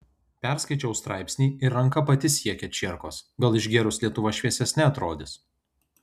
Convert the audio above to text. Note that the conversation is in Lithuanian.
perskaičiau straipsnį ir ranka pati siekia čierkos gal išgėrus lietuva šviesesne atrodys